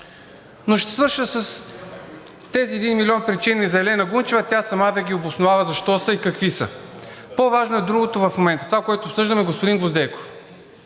Но ще свърша с тези един милион причини за Елена Гунчева, тя сама да ги обосновава защо са и какви са. По-важно е другото в момента, това, което обсъждаме – господин Гвоздейков.